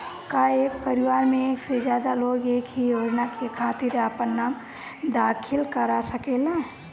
का एक परिवार में एक से ज्यादा लोग एक ही योजना के खातिर आपन नाम दाखिल करा सकेला?